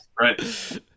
Right